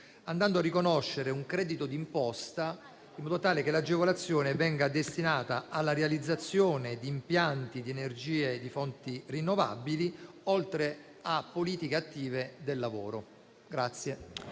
andando a riconoscere un credito d'imposta in modo tale che l'agevolazione venga destinata alla realizzazione di impianti che producono energia da fonti rinnovabili, oltre a politiche attive del lavoro.